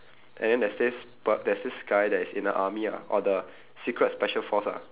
and then there's this p~ there's this guy that's in the army ah or the secret special force ah